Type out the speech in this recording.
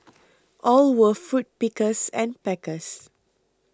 all were fruit pickers and packers